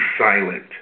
silent